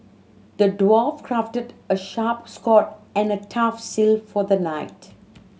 the dwarf crafted a sharp sword and a tough shield for the knight